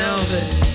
Elvis